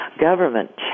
government